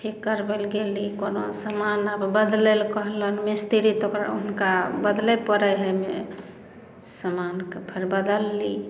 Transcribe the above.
ठीक करबै लए गेली कोनो समान आब बदलैलए कहलन मिस्त्री तऽ हुनका बदलै परै हइ ओहिमे समानके फेर बदलली